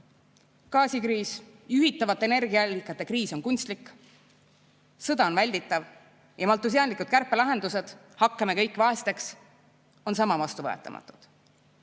gaasikriis, juhitavate energiaallikate kriis on kunstlik, sõda on välditav ja maltusiaanlikud kärpelahendused, et hakkame kõik vaesteks, on sama vastuvõetamatud. Muide,